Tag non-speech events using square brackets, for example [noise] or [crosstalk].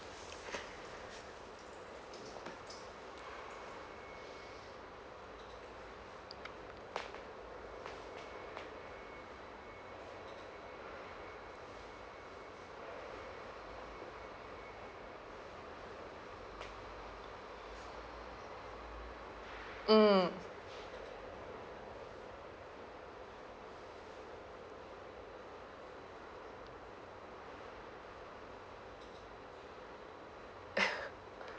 mm [laughs]